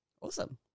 Awesome